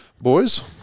boys